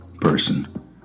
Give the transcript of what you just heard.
person